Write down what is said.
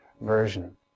version